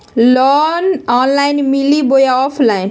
Loan online मिली बोया offline?